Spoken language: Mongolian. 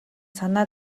санаа